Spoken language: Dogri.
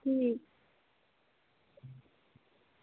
अं